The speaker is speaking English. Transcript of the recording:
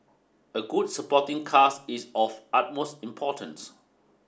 a good supporting cast is of utmost importance